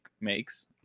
makes